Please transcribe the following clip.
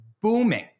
booming